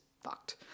fucked